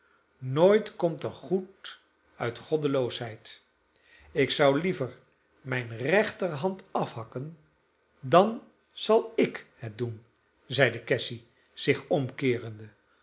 nooit komt er goed uit goddeloosheid ik zou liever mijne rechterhand afhakken dan zal ik het doen zeide cassy zich omkeerende